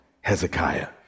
Hezekiah